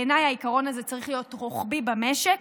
בעיניי העיקרון הזה צריך להיות רוחבי במשק.